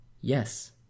Yes